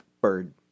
bird